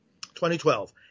2012